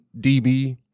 DB